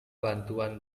bantuan